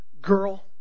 girl